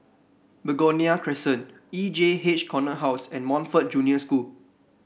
Begonia Crescent E J H Corner House and Montfort Junior School